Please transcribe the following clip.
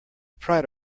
pride